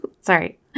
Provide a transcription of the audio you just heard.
Sorry